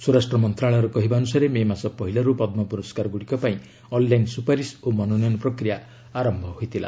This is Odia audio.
ସ୍ୱରାଷ୍ଟ୍ର ମନ୍ତ୍ରଣାଳୟର କହିବା ଅନ୍ତସାରେ ମେ ମାସ ପହିଲାରୁ ପଦ୍ମ ପୁରସ୍କାରଗୁଡ଼ିକ ପାଇଁ ଅନ୍ଲାଇନ୍ ସୁପାରିସ୍ ଓ ମନୋନୟନ ପ୍ରକ୍ରିୟା ଆରମ୍ଭ ହୋଇଥିଲା